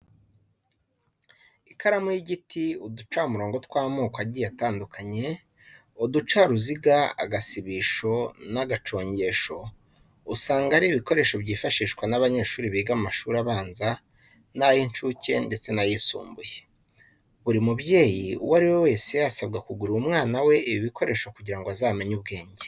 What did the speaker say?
Ikaramu y'igiti, uducamurongo tw'amoko agiye atandukanye, uducaruziga, agasibisho n'agacongesho usanga ari ibikoresho byifashishwa n'abanyeshuri biga mu mashuri abanza n'ay'incuke ndetse n'ayisumbuye. Buri mubyeyi uwo ari we wese asabwa kugurira umwana we ibi bikoresho kugira ngo azamenye ubwenge.